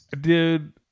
Dude